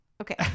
Okay